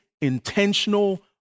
intentional